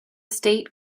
state